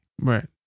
Right